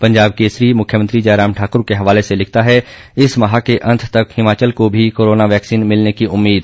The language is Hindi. पंजाब केसरी मुख्यमंत्री जयराम ठाक्र के हवाले से लिखता है इस माह के अंत तक हिमाचल को भी कोरोना वैक्सीन मिलने की उम्मीद